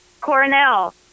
Cornell